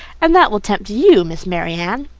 and that will tempt you, miss marianne.